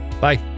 Bye